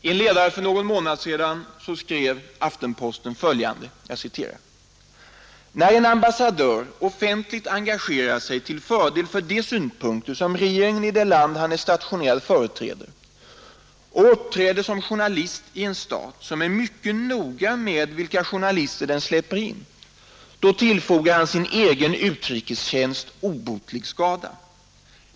I en ledare för någon månad sedan skrev Aftenposten följande: När en ambassadör offentligt engagerar sig till fördel för de synpunkter som regeringen i det land där han är stationerad företräder och uppträder som journalist i en stat som är mycket noga med vilka journalister den släpper in, då tillfogar han sin egen utrikestjänst obotlig skada.